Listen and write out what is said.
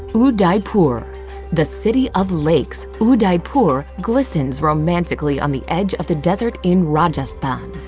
udaipur. the city of lakes, udaipur glistens romantically on the edge of the desert in rajasthan.